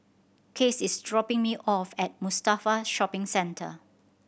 Case is dropping me off at Mustafa Shopping Centre